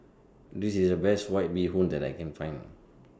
This IS The Best White Bee Hoon that I Can Find